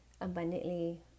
abundantly